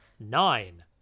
Nine